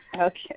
Okay